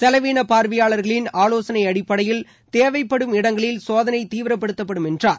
செலவீனப் பார்வையாளர்களின் ஆவோசனை அடிப்படையில் தேவைப்படும் இடங்களில் சோதனை தீவிரப்படுத்தப்படும் என்றார்